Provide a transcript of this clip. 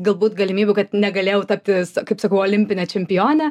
galbūt galimybių kad negalėjau tapti kaip sakau olimpine čempione